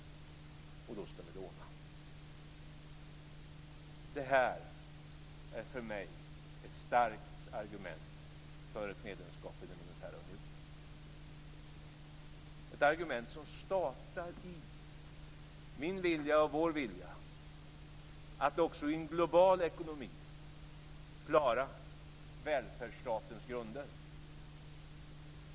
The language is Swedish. Detta är ett starkt argument för mig för ett medlemskap i den monetära unionen. Det är ett argument som startar i min vilja och vår vilja att också i en global ekonomi klara välfärdsstatens grunder.